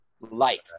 light